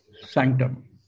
sanctum